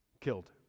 killed